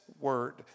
word